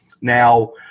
Now